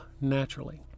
naturally